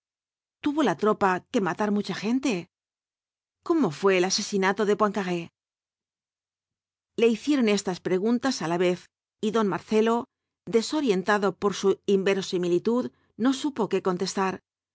tuvo la tropa que matar mucha gente cómo fué el asesinato de poincaré v bl a sgo ibáñbz le hicieron estas preguntas á la vez y don marcelo i esorientado por su inverosimilitud no supo qué contestar